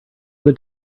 good